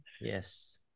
yes